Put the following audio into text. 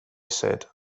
said